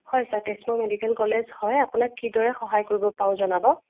হয় sir Tezpur medical college হয় আপোনাক কিদৰে সহায় কৰিব পাৰো জনাব